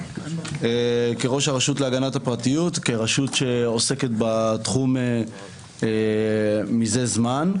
כראש הרשות להגנת הפרטיות כרשות שעוסקת בתחום מזה זמן,